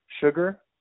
Sugar